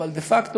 אבל דה פקטו,